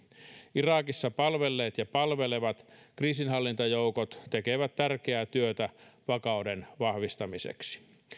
irakissa palvelleet ja palvelevat kriisinhallintajoukot tekevät tärkeää työtä vakauden vahvistamiseksi